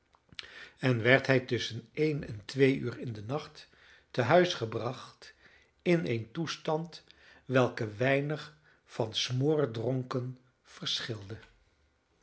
en werd hij tusschen één en twee uur in den nacht tehuis gebracht in een toestand welke weinig van smoordronken verschilde